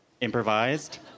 improvised